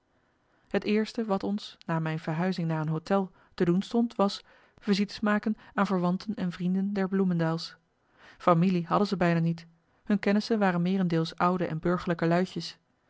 het eerste wat ons na mijn verhuizing naar een hôtel te doen stond was visites maken aan verwanten en vrienden der bloemendaels familie hadden ze bijna niet hun kennissen waren meerendeels oude en burgerlijke luitjes